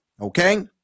Okay